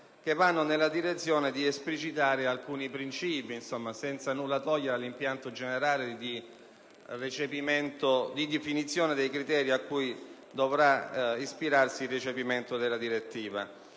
che vanno nella direzione di esplicitare alcuni principi, senza nulla togliere all'impianto generale di definizione dei criteri a cui dovrà ispirarsi il recepimento della direttiva.